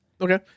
Okay